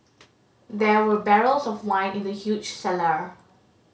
there were barrels of wine in the huge cellar